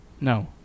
No